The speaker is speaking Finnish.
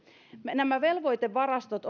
nämä velvoitevarastot